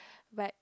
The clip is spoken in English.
but